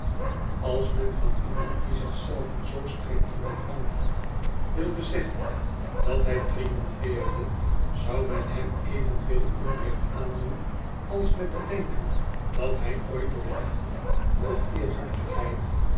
als men van iemand die zich zelven zoo streng in bedwang hield wilde zeggen dat hij triomfeerde zou men hem evenveel onrecht aandoen als met te denken dat hij ooit door liefde of